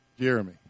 Jeremy